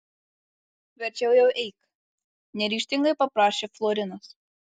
verčiau jau eik neryžtingai paprašė florinas